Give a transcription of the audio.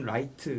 Right